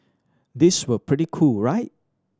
these were pretty cool right